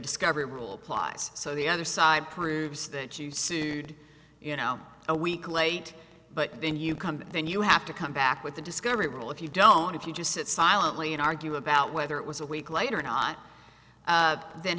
discovery rule applies so the other side proves that you see you know a week late but then you come then you have to come back with the discovery rule if you don't if you just sit silently and argue about whether it was a week later not then